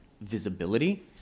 visibility